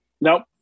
Nope